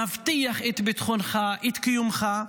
מבטיח את ביטחונך, את קיומך,